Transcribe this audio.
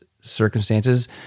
circumstances